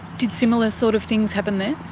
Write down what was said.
did similar sort of things happen there?